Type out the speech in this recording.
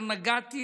לא נגעתי.